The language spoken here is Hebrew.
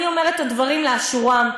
אני אומרת את הדברים לאשורם,